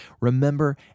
Remember